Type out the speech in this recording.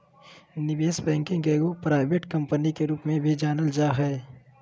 निवेश बैंकिंग के एगो प्राइवेट कम्पनी के रूप में भी मानल जा हय